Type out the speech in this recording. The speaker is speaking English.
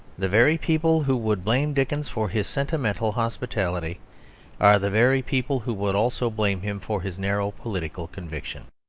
the very people who would blame dickens for his sentimental hospitality are the very people who would also blame him for his narrow political conviction.